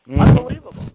Unbelievable